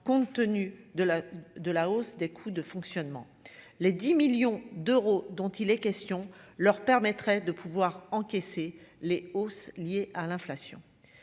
compte tenu de la de la hausse des coûts de fonctionnement, les 10 millions d'euros, dont il est question, leur permettrait de pouvoir encaisser les hausses liées à l'inflation,